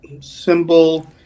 symbol